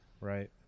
Right